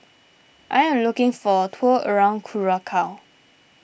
I am looking for a tour around Curacao